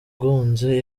yagonze